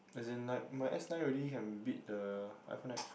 as in like my S nine already can beat the iPhone X